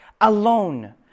alone